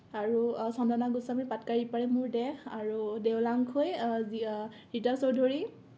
আৰু চন্দনা গোস্বামীৰ পাটকাইৰ ইপাৰে মোৰ দেশ আৰু দেওলাংখুই যি ৰীতা চৌধুৰী